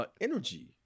energy